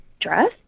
Dress